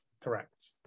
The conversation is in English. Correct